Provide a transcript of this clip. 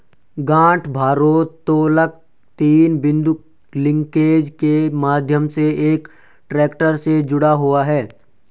गांठ भारोत्तोलक तीन बिंदु लिंकेज के माध्यम से एक ट्रैक्टर से जुड़ा हुआ है